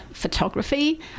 photography